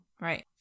Right